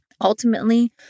ultimately